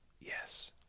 Yes